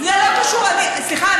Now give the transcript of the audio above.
זה לא קשור לחוק.